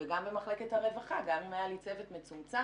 וגם במחלקת הרווחה, גם אם היה לי צוות מצומצם